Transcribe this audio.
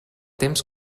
temps